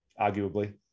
arguably